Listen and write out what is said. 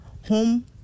Home